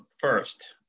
first